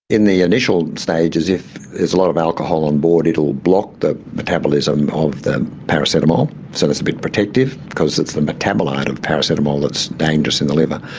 in the initial stages, if there's a lot of alcohol on board it will block the metabolism of the paracetamol, so it's a bit protective because it's the metabolite of paracetamol that's dangerous in the liver.